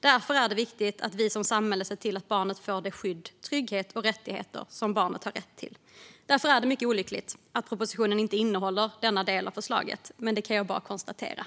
Därför är det viktigt att vi som samhälle ser till att barnet får det skydd, den trygghet och de rättigheter som barnet har rätt till. Jag kan bara konstatera att det är mycket olyckligt att propositionen inte innehåller denna del av förslaget.